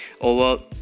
over